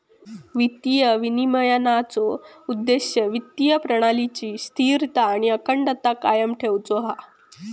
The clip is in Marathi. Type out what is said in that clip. वित्तीय विनिमयनाचो उद्देश्य वित्तीय प्रणालीची स्थिरता आणि अखंडता कायम ठेउचो हा